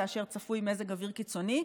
כאשר צפוי מזג אוויר קיצוני,